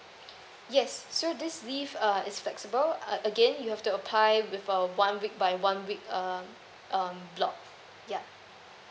yes so this leave uh is flexible uh again you have to apply with a one week by one week um um block yup